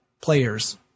players